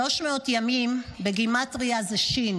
300 ימים בגימטרייה זה ש',